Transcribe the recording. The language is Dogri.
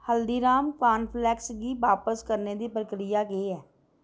हल्दीराम्ज़ कॉनफ्लेक्स गी बापस करने दी प्रक्रिया केह् ऐ